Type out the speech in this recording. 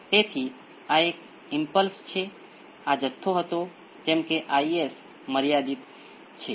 તેથી લાક્ષણિક સમીકરણના બે ઉકેલ હવે તેમાંથી એક બની જાય છે તે આનો ઉકેલ છે અને અન્ય એક તે આ એકનો ઉકેલ છે